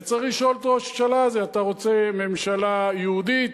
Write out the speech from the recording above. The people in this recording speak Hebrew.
וצריך לשאול את ראש הממשלה הזה: אתה רוצה ממשלה יהודית,